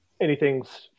anything's